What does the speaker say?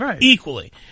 equally